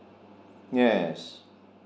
yes